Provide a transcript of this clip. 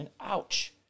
Ouch